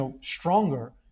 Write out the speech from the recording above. stronger